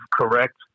correct